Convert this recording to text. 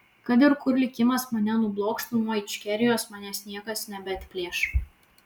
kad ir kur likimas mane nublokštų nuo ičkerijos manęs niekas nebeatplėš